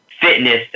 fitness